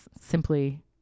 simply